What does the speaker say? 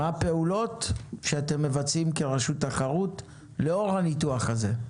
מה הפעולות שאתם מבצעים כרשות תחרות לאור הניתוח הזה?